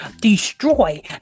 destroy